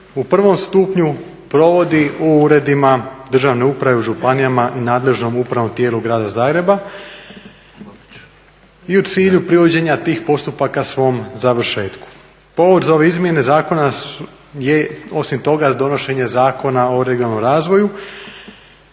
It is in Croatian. u prvom stupnju provodi u uredima državne uprave u županijama i nadležnom Upravnom tijelu Grada Zagreba. I u cilju privođenja tih postupaka svom završetku. Povod za ove izmjene zakona je osim toga donošenje Zakona o regionalnom razvoju